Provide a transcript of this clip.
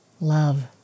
love